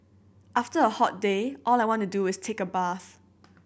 after a hot day all I want to do is take a bath